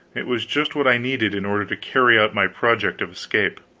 it was just what i needed, in order to carry out my project of escape.